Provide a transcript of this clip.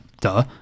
duh